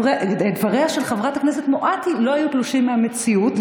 דבריה של חברת הכנסת מואטי לא היו תלושים מהמציאות,